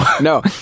No